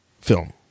film